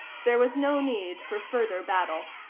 there was no need for further battle.